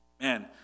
Man